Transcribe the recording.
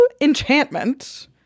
enchantment